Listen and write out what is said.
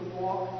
walk